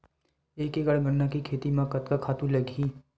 एक एकड़ गन्ना के खेती म कतका खातु लगही?